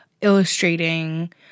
illustrating